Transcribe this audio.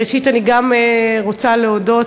ראשית, גם אני רוצה להודות